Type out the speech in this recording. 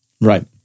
Right